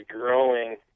growing